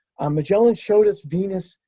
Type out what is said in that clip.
um magellan showed us venus,